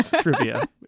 trivia